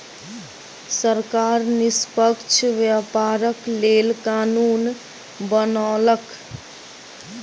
सरकार निष्पक्ष व्यापारक लेल कानून बनौलक